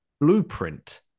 blueprint